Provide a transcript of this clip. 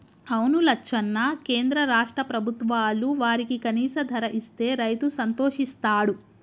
అవును లచ్చన్న కేంద్ర రాష్ట్ర ప్రభుత్వాలు వారికి కనీస ధర ఇస్తే రైతు సంతోషిస్తాడు